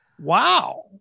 Wow